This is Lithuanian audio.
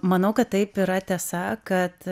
manau kad taip yra tiesa kad